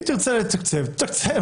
היא תרצה לתקצב, תתקצב.